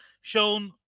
shown